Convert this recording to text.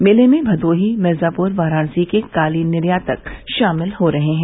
मेले में भदोही मिर्जापुर वाराणसी के कालीन निर्यातक शामिल हो रहे है